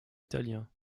italien